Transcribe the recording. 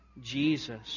Jesus